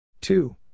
Two